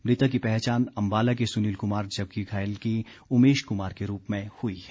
मृतक की पहचान अंबाला के सुनील कुमार जबकि घायल की उमेश कुमार के रूप में हुई है